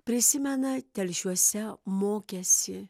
prisimena telšiuose mokęsi